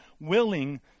willing